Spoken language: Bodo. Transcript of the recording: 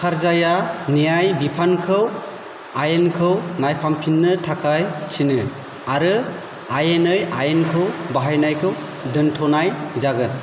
कारजाइआ नियाय बिफानखौ आयेनखौ नायफ्रामफिननो थाखाय थिनो आरो आयेनै आयेनखौ बाहायनायखौ दोन्थ'नाय जागोन